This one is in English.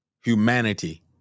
humanity